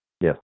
Yes